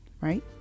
right